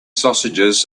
sausages